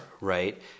right